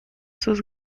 sus